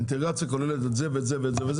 אינטגרציה כוללת את זה ואת זה ואת זה.